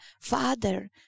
father